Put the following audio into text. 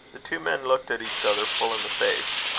the two men looked at each other full in the face.